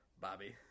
Bobby